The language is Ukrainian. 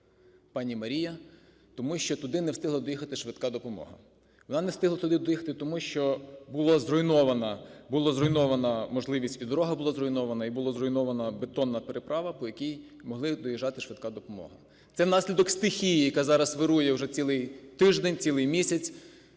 пані Марія, тому що туди не встигла доїхати швидка допомога. Вона не встигла туди доїхати тому, що була зруйнована можливість… і дорога була зруйнована, і була зруйнована бетонна переправа, по якій могла доїжджати швидка допомога. Це наслідок стихії, яка зараз вирує вже цілий тиждень, цілий місяць